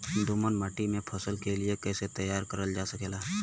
दोमट माटी के फसल के लिए कैसे तैयार करल जा सकेला?